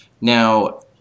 Now